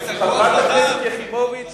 חברת הכנסת יחימוביץ